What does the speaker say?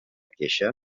queixa